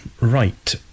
right